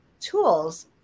tools